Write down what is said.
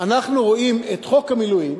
אנחנו רואים את חוק המילואים,